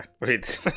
wait